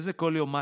איזה כל יומיים,